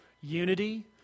Unity